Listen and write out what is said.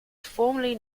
formerly